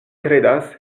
kredas